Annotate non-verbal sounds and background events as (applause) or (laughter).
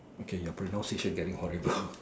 okay your pronunciation is getting horrible (breath)